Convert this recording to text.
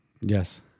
Yes